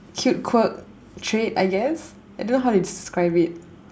cute quirk trait I guess I don't know how to describe it